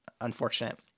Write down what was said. unfortunate